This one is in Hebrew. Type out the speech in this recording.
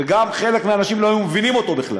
וגם חלק מהאנשים לא היו מבינים אותו בכלל.